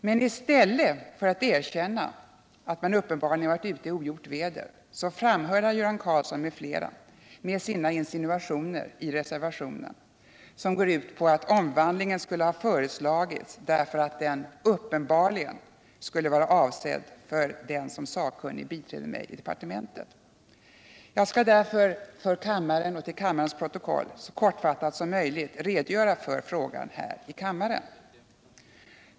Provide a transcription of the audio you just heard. Men i stället för att erkänna att man varit ute i ogjort väder framhåller Göran Karlsson m.fl. sina insinuationer i reservationen, som går ut på att omvandlingen skulle ha föreslagits därför att den var avsedd för den som sakkunnig biträder mig i departementet. Jag skall därför här för kammaren och till kammarens protokoll så kortfattat som möjligt redogöra för frågan.